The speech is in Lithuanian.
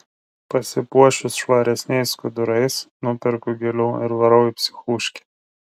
pasipuošiu švaresniais skudurais nuperku gėlių ir varau į psichuškę